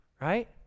right